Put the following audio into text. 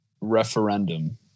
referendum